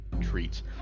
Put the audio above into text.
treats